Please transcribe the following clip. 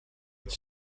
het